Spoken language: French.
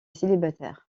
célibataire